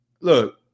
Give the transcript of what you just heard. look